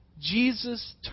Jesus